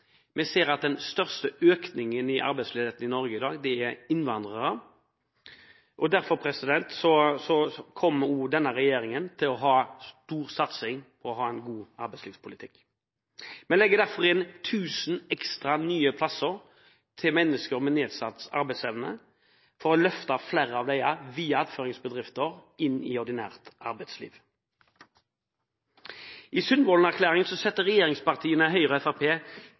Vi ser at den største økningen i arbeidsledigheten i Norge i dag, skjer blant innvandrere. Derfor kommer denne regjeringen også til å ha en sterk satsing på god arbeidslivspolitikk. Vi legger derfor inn 1 000 ekstra, nye plasser til mennesker med nedsatt arbeidsevne for å løfte flere av dem, via attføringsbedrifter, inn i ordinært arbeidsliv. I Sundvolden-erklæringen har regjeringspartiene, Høyre og